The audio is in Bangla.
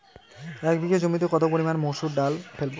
এক বিঘে জমিতে কত পরিমান মুসুর ডাল ফেলবো?